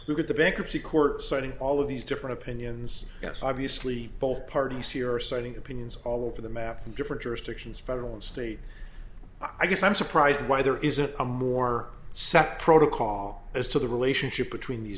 at the bankruptcy court citing all of these different opinions yes obviously both parties here are citing opinions all over the map from different jurisdictions federal and state i guess i'm surprised why there isn't a more cept protocol as to the relationship between these